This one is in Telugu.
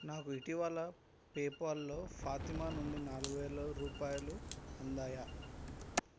నాకు ఇటీవల పేపాల్లో ఫాతిమా నుండి నాలుగు వేల రుపాయలు అందాయా